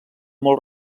molt